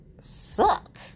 suck